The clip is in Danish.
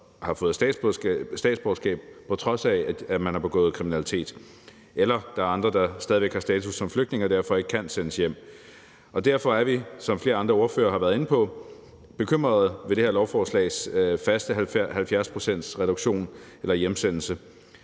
har fået statsborgerskab, på trods af at man har begået kriminalitet, eller der er andre, der stadig væk har status som flygtninge, og som derfor ikke kan sendes hjem, og derfor er vi, som flere andre ordførere også har været inde på, bekymrede ved det her lovforslags faste 70-procentsreduktion eller -hjemsendelse.